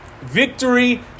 Victory